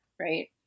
right